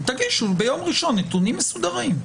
תגישו ביום ראשון נתונים מסודרים.